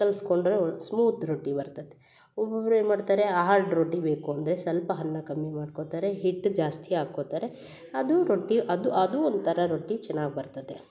ಕಲ್ಸ್ಕೊಂಡರೆ ಒಳ್ಳೆ ಸ್ಮೂತ್ ರೊಟ್ಟಿ ಬರ್ತದ ಒಬ್ಬೊಬ್ರು ಏನು ಮಾಡ್ತಾರೆ ಅಹಲ್ ರೋಟಿ ಬೇಕು ಅಂದರೆ ಸ್ವಲ್ಪ ಅನ್ನ ಕಮ್ಮಿ ಮಾಡ್ಕೊತಾರೆ ಹಿಟ್ಟು ಜಾಸ್ತಿ ಹಾಕೊತಾರೆ ಅದು ರೊಟ್ಟಿ ಅದು ಅದು ಒಂಥರ ರೊಟ್ಟಿ ಚೆನ್ನಾಗಿ ಬರ್ತದೆ